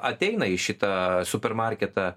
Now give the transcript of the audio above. ateina į šitą supermarketą